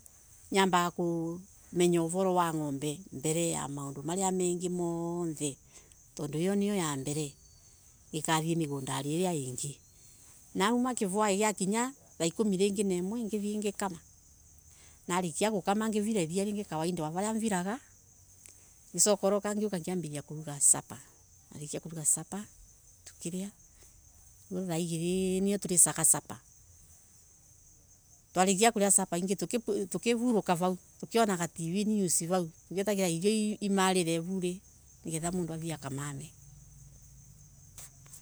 Nyambaga kumenya okoro wa ngombe mbeleya mandu maria monthe tondo iyo niyo ya mbele ngikathie migondari iyo ingi nauma kivwai yakinya thaa ikumi na imwe ringi ngithie ngikama narikia gukama ngirira iria ngithie ngikama narikia gukama ngirira iria ingi kawaida wa varia viranga ngicoka ngioka ngiambiriria kuruga supper narikia kuruga suppertukilia riu thaa igiri nie nilio ndisaga supper twarikia kuria supper ingi tukivuruka vau tukiona Tv news vau tugeiterera irio imarire ivari niketha mundu athie akamamie